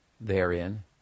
therein